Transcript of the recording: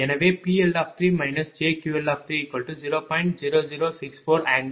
எனவே PL3 jQL30